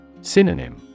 Synonym